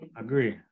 agree